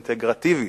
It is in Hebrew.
אינטגרטיבית,